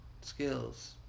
skills